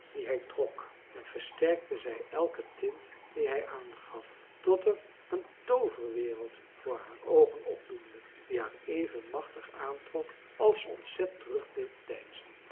die hij trok en versterkte zij elke tint die hij aangaf tot er een tooverwereld voor haar oogen opdoemde die haar even machtig aantrok als ontzet terug